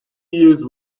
years